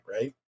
right